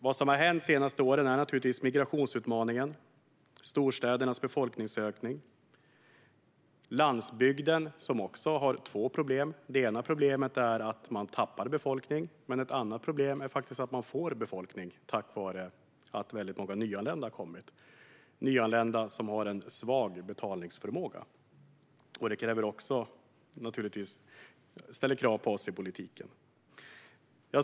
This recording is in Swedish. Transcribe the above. Vad som har hänt de senaste åren är naturligtvis migrationsutmaningen och storstädernas befolkningsökning. På landsbygden finns två problem. Det ena problemet är att man tappar befolkning, och ett annat problem är faktiskt att man får befolkning tack vare att väldigt många nyanlända kommer - nyanlända som har en svag betalningsförmåga. Detta ställer också krav på oss i politiken.